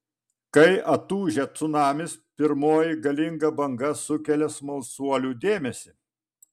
kai atūžia cunamis pirmoji galinga banga sukelia smalsuolių dėmesį